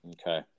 Okay